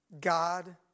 God